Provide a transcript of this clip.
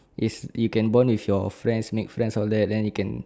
is you can bond with your friend make friends all that then you can